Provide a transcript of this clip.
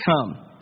come